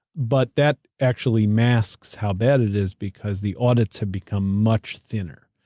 but that actually masks how bad it is because the audits have become much thinner.